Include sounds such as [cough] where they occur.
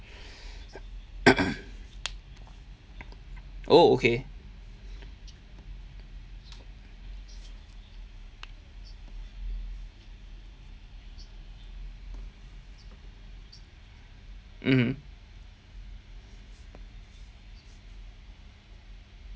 [coughs] oh okay mmhmm